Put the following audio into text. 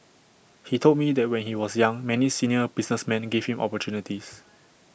he told me that when he was young many senior businessmen gave him opportunities